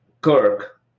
Kirk